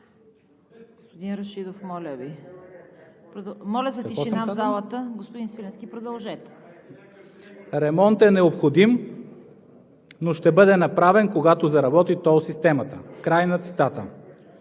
„Ремонтът е необходим, но ще бъде направен, когато заработи тол системата.“ Край на цитата!